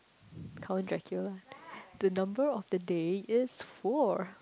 Count-Dracula the number of the day is four